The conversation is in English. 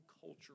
culture